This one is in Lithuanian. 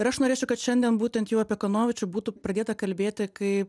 ir aš norėčiau kad šiandien būtent jau apie kanovičių būtų pradėta kalbėti kai